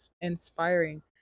inspiring